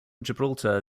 gibraltar